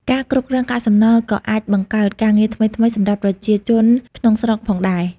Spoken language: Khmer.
ការគ្រប់គ្រងកាកសំណល់ក៏អាចបង្កើតការងារថ្មីៗសម្រាប់ប្រជាជនក្នុងស្រុកផងដែរ។